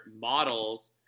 models